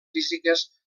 físiques